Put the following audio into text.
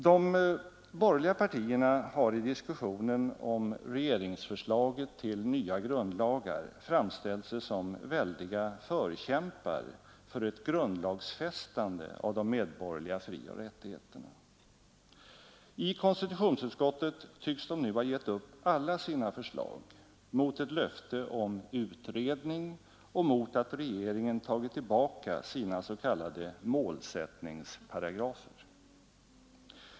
De borgerliga partierna har i diskussionen om regeringsförslaget till nya grundlagar framställt sig som väldiga förkämpar för ett grundlags fästande av de medborgerliga frioch rättigheterna. I konstitutionsutskottet tycks de nu ha gett upp alla sina förslag mot ett löfte om utredning och mot att regeringen tagit tillbaka sina s.k. målsättningsparagrafer.